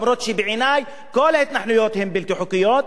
גם אם בעיני כל ההתנחלויות הן בלתי חוקיות,